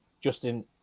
Justin –